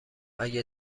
اگه